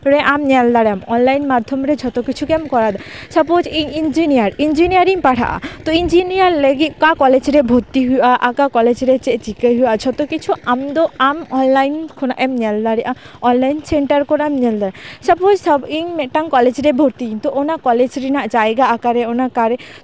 online ᱨᱮ ᱟᱢ ᱧᱮᱞ ᱫᱟᱲᱮᱭᱟᱜ ᱟᱢ ᱚᱱᱞᱟᱭᱤᱱ ᱢᱟᱫᱽᱫᱷᱚᱢ ᱨᱮ ᱡᱷᱚᱛᱚ ᱠᱤᱪᱷᱩ ᱜᱮᱢ ᱠᱚᱨᱟᱣ ᱮᱫᱟ ᱥᱟᱯᱳᱡ ᱤᱧ ᱤᱧᱡᱤᱱᱤᱭᱟᱨ ᱤᱧᱡᱤᱱᱤᱭᱟᱨ ᱤᱧ ᱯᱟᱲᱦ ᱟᱜᱼᱟ ᱛᱳ ᱤᱧᱡᱤᱱᱤᱭᱟᱨ ᱞᱟᱹᱜᱤᱫ ᱚᱠᱟ ᱠᱚ ᱠᱚᱞᱮᱡᱽ ᱨᱮ ᱵᱷᱚᱨᱛᱤ ᱦᱩᱭᱩᱜᱼᱟ ᱚᱠᱟ ᱠᱚᱞᱮᱡ ᱨᱮ ᱪᱮᱫ ᱪᱤᱠᱟᱹᱭ ᱦᱩᱭᱩᱜᱼᱟ ᱡᱷᱚᱛᱚ ᱠᱤᱪᱷᱩ ᱟᱢ ᱫᱚ ᱟᱢ ᱚᱱᱞᱟᱭᱤᱱ ᱠᱷᱚᱱᱟᱜ ᱮᱢ ᱧᱮᱞ ᱫᱟᱲᱮᱭᱟᱜᱼᱟ ᱚᱱᱞᱟᱭᱤᱱ ᱥᱮᱱᱴᱟᱨ ᱠᱚᱨᱮ ᱮᱢ ᱧᱮᱞ ᱫᱟᱲᱮᱭᱟᱜᱼᱟ ᱥᱟᱯᱳᱡ ᱤᱧ ᱢᱤᱫᱴᱟᱝ ᱠᱚᱞᱮᱡ ᱨᱮ ᱵᱷᱚᱨᱛᱤᱜ ᱤᱧ ᱛᱳ ᱚᱱᱟ ᱠᱚᱞᱮᱡ ᱨᱮᱱᱟᱜ ᱡᱟᱭᱜᱟ ᱚᱠᱟᱨᱮ ᱚᱱᱟ ᱠᱟᱨᱮ